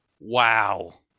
Wow